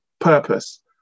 purpose